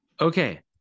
Okay